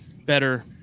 better